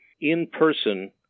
in-person